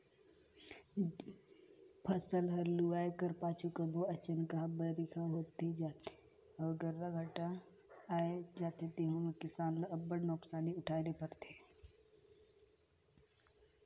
फसिल हर लुवाए कर पाछू कभों अनचकहा बरिखा होए जाथे अउ गर्रा घांटा आए जाथे तेहू में किसान ल अब्बड़ नोसकानी उठाए ले परथे